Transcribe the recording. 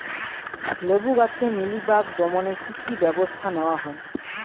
লেবু গাছে মিলিবাগ দমনে কী কী ব্যবস্থা নেওয়া হয়?